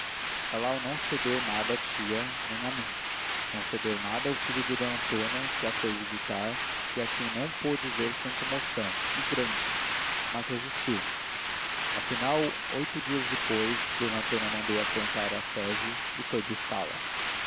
futuro lalau não cedeu nada à tia nem a mim não cedeu nada ao filho de d antônia que a foi visitar e a quem não pôde ver sem comoção e grande mas resistiu afinal oito dias depois d antônia mandou aprontar a sege e foi buscá-la